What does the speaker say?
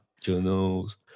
journals